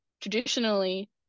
traditionally